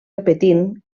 repetint